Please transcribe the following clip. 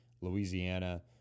Louisiana